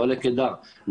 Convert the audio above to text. לאוהלי קידר,